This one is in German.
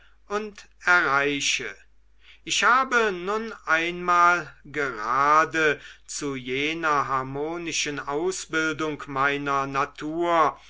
und erreiche ich habe nun einmal gerade zu jener harmonischen ausbildung meiner natur